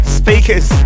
speakers